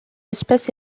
espèce